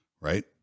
Right